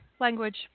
language